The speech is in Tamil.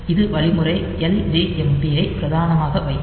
இது வழிமுறை LJMP ஐ பிரதானமாக வைக்கும்